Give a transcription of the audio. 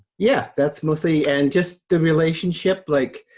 yeah, that's mostly, and just the relationship. like